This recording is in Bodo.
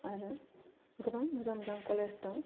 आरो गोबां मोजां मोजां कलेज दं